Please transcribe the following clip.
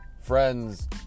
friends